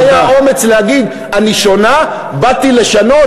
לה היה אומץ להגיד: אני שונה, באתי לשנות.